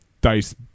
Dice